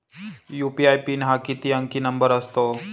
UPI pin हा किती अंकी नंबर असतो?